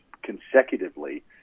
consecutively